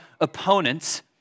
opponents